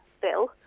bill